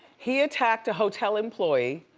he attacked a hotel employee,